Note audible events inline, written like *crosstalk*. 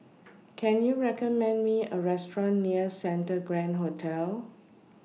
*noise* Can YOU recommend Me A Restaurant near Santa Grand Hotel